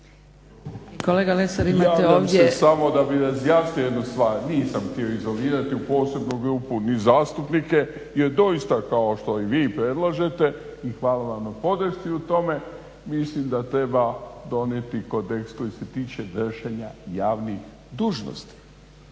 **Kregar, Josip (Nezavisni)** Javljam se samo da bih razjasnio jednu stvar, nisam htio izolirati u posebnu grupu ni zastupnike jer doista kao što i vi predlažete i hvala vam na podršci u tome. Mislim da treba donijeti kod eksplicite što se tiče vršenja javnih dužnosti.